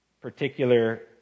particular